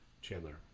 Chandler